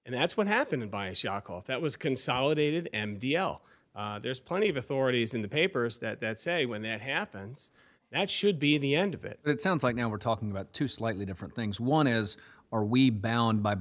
and that's what happened by a shock off that was consolidated and d l there's plenty of authorities in the papers that say when that happens that should be the end of it it sounds like now we're talking about two slightly different things one is are we bound by